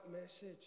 message